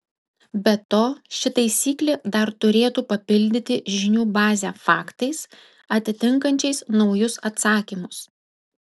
be to ši taisyklė dar turėtų papildyti žinių bazę faktais atitinkančiais naujus atsakymus